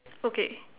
okay